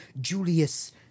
Julius